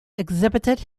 exhibited